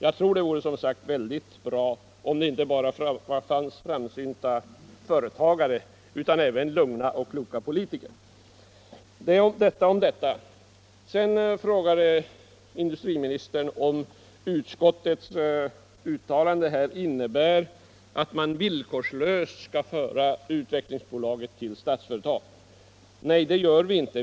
Jag tror som sagt att det vore bra om det inte bara fanns framsynta företagare utan även lugna och kloka politiker. — Detta om detta. Industriministern frågade om utskottets uttalande innebär att Utvecklingsbolaget villkorslöst skall föras till Statsföretag. Nej, det gör det inte.